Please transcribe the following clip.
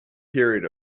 period